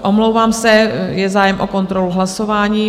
Omlouvám se, je zájem o kontrolu hlasování.